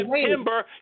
September